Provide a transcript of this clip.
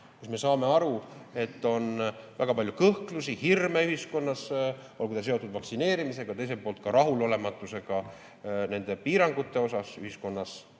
Me saame aru, et on väga palju kõhklusi, hirme ühiskonnas, olgu see seotud vaktsineerimisega, teiselt poolt ka rahulolematusega nende piirangute osas, ühiskonnas